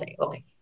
okay